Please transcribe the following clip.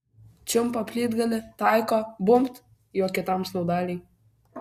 čiumpa plytgalį taiko bumbt juo kitam snaudaliui